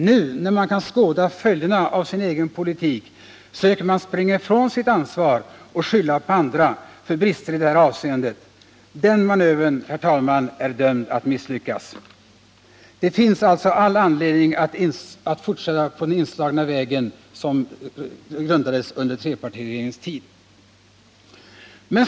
Nu, när socialdemokraterna kan skåda följderna av sin egen politik, söker de springa ifrån sitt ansvar och skylla på andra för brister i det här avseendet. Den manövern, herr talman, är dömd att misslyckas. Det finns alltså all anledning att fortsätta på den av trepartiregeringen inslagna vägen.